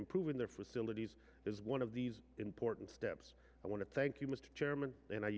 improving their facilities is one of these important steps i want to thank you mr chairman and i